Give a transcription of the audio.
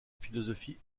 philosophie